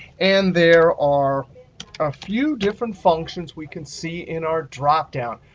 and there are few different functions we can see in our dropdown.